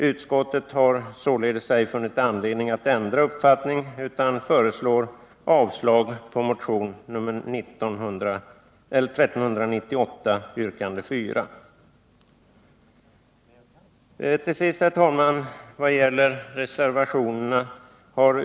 Utskottet har inte funnit anledning att ändra uppfattning utan avstyrker yrkandet 4 i motionen 1398.